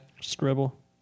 Scribble